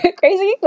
crazy